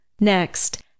Next